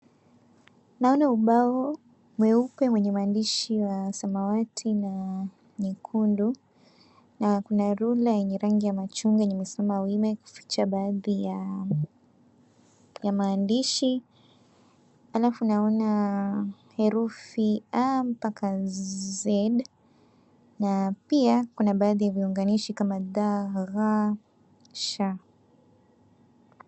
Naona ubao mweupe wenye maandishi ya samawati na nyekundu na kuna rula yenye rangi ya machungwa yenye imesimama wima kuficha baadhi ya maandishi. Halafu naona herufi A mpaka Z na pia kuna baadhi ya viunganishi kama da ga sha.